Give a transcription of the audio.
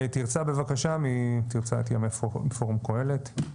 תרצה, בבקשה, תרצה אטיה מפורום קהלת.